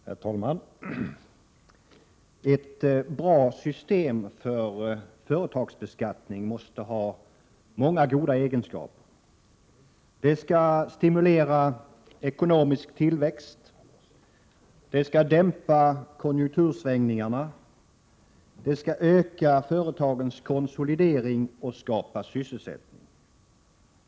Herr talman! Ett bra system för företagsbeskattning måste ha många goda egenskaper. Det skall stimulera ekonomisk tillväxt. Det skall dämpa konjunktursvängningarna. Det skall öka företagens konsolidering och skapa sysselsättning.